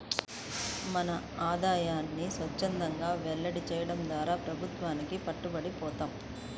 మన ఆదాయాన్ని స్వఛ్చందంగా వెల్లడి చేయడం ద్వారా ప్రభుత్వానికి పట్టుబడి పోతాం